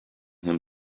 him